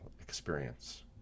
experience